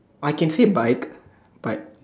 I can say bike but